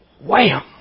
wham